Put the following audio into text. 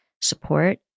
support